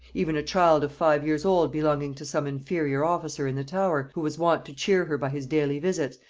even a child of five years old belonging to some inferior officer in the tower, who was wont to cheer her by his daily visits,